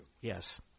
Yes